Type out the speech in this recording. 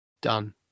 done